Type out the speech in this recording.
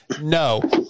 no